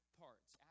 parts